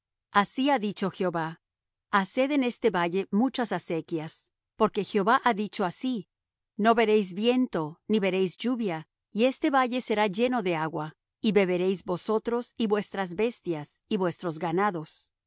así ha dicho jehová haced en este valle muchas acequias porque jehová ha dicho así no veréis viento ni veréis lluvia y este valle será lleno de agua y beberéis vosotros y vuestras bestias y vuestros ganados